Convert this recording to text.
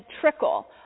trickle